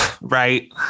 right